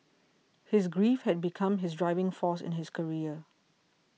his grief had become his driving force in his career